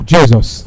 Jesus